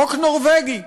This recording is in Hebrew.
חוק נורבגי.